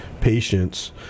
Patients